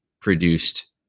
produced